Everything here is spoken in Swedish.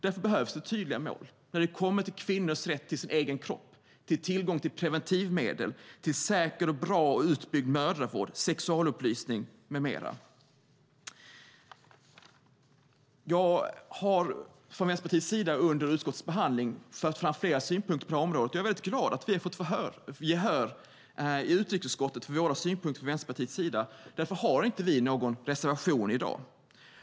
Därför behövs det tydliga mål när det kommer till kvinnors rätt till sin egen kropp, tillgång till preventivmedel, säker, bra och utbyggd mödravård, rätt till sexualupplysning med mera. Jag har för Vänsterpartiet under utskottets behandling fört fram flera synpunkter på det här området, och jag är väldigt glad över att vi har fått gehör i utrikesutskottet för våra synpunkter. Därför har vi inte någon reservation i dag.